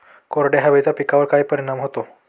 कोरड्या हवेचा पिकावर काय परिणाम होतो?